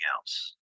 else